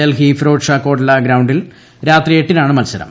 ഡൽഹി ഫിറോസ്ഷാ കോട്ട്ല ഗ്രൌണ്ടിൽ രാത്രി എട്ടിനാണ് മത്സരം